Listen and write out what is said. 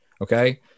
Okay